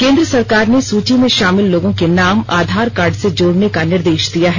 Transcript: केन्द्र सरकार ने सूची में शामिल लोगों के नाम आधार कार्ड से जोड़ने का निर्देश दिया है